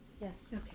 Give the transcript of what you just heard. Yes